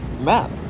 Math